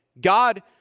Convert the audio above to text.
God